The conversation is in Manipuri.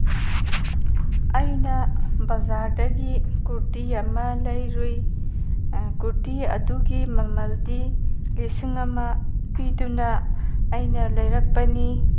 ꯑꯩꯅ ꯕꯖꯥꯔꯗꯒꯤ ꯀꯨꯔꯇꯤ ꯑꯃ ꯂꯩꯔꯨꯏ ꯀꯨꯔꯇꯤ ꯑꯗꯨꯒꯤ ꯃꯃꯜꯗꯤ ꯂꯤꯁꯤꯡ ꯑꯃ ꯄꯤꯗꯨꯅ ꯑꯩꯅ ꯂꯩꯔꯛꯄꯅꯤ